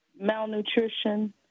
malnutrition